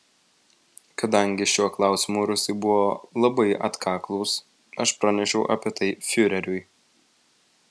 kadangi šiuo klausimu rusai buvo labai atkaklūs aš pranešiau apie tai fiureriui